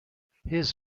his